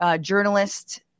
journalist